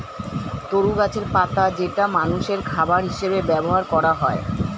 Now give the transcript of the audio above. তরু গাছের পাতা যেটা মানুষের খাবার হিসেবে ব্যবহার করা হয়